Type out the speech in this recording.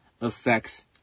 affects